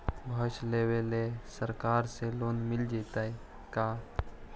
भैंस लेबे ल सरकार से लोन मिल जइतै का?